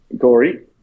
Corey